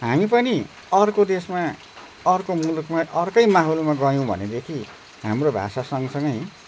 हामी पनि अर्को देशमा अर्को मुलुकमा अर्कै माहोलमा गयौँ भनेदेखि हाम्रो भाषा सँगसँगै